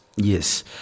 Yes